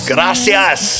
Gracias